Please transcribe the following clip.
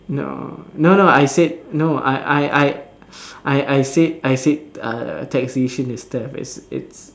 no no no I said no I I I I I I said I said I said uh taxation is death it's it's